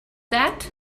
that